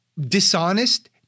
dishonest